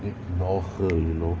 ignore her you know